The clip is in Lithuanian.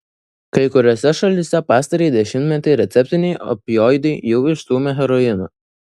kai kuriose šalyse pastarąjį dešimtmetį receptiniai opioidai jau išstūmė heroiną